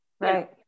Right